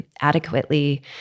adequately